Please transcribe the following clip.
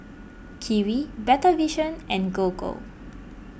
Kiwi Better Vision and Gogo